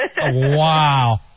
wow